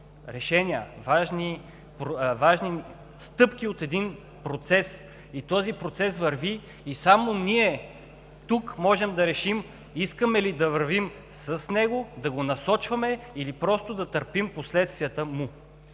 решения, важни стъпки от един процес. Този процес върви и само ние тук можем да решим искаме ли да вървим с него, да го насочваме, или просто да търпим последствията му.